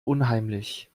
unheimlich